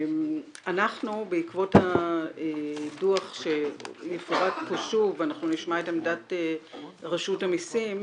אנחנו בעקבות הדו"ח ש- -- אנחנו נשמע את עמדת רשות המסים,